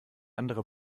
andere